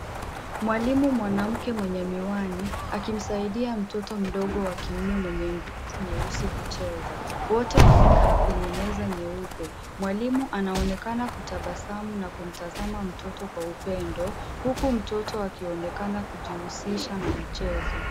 Mwalimu mwanamke mwenye miwani akimsaidia mtoto mdogo wa kiume mwenye ngozi nyeusi kucheza. Wote wamekaa kwenye meza nyeupe. Mwalimu anaonekana kutabasamu na kumtazama mtoto kwa upendo huku mtoto akionekana kujihusisha na mchezo.